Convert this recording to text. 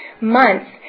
months